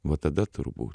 va tada turbūt